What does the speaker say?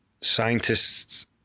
scientists